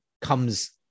comes